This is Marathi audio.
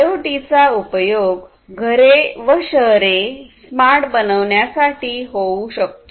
आयओटीचा उपयोग घरे व शहरे स्मार्ट बनवण्यासाठी होऊ शकतो